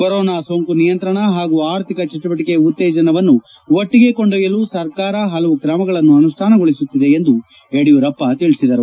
corona ಸೋಂಕು ನಿಯಂತ್ರಣ ಹಾಗೂ ಆರ್ಥಿಕ ಚಟುವಟಿಕೆ ಉತ್ತೇಜನವನ್ನು ಒಟ್ಸಿಗೆ ಕೊಂಡೊಯ್ಯಲು ಸರ್ಕಾರ ಹಲವು ತ್ರಮಗಳನ್ನು ಅನುಷ್ಪಾನಗೊಳಿಸುತ್ತಿದೆ ಎಂದು ಯಡಿಯೂರಪ್ಪ ತಿಳಿಸಿದರು